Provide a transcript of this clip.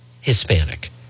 Hispanic